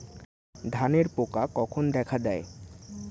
ধানের পোকা কখন দেখা দেয়?